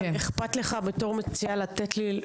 אבל אכפת לך בתור מציע לתת לי,